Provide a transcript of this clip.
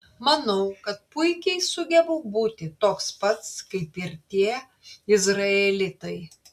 manau kad puikiai sugebu būti toks pats kaip ir tie izraelitai